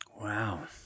Wow